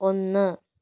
ഒന്ന്